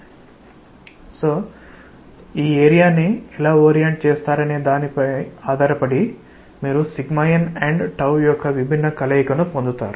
కాబట్టి మీరు ఈ ఏరియా ని ఎలా ఓరియంట్ చేస్తారనే దానిపై ఆధారపడిమీరుnయొక్క విభిన్న కలయికలను పొందుతారు